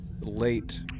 late